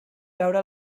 veure